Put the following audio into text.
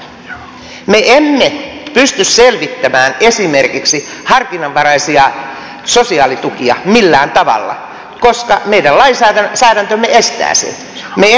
me emme pysty selvittämään esimerkiksi harkinnanvaraisia sosiaalitukia millään tavalla koska meidän lainsäädäntömme estää sen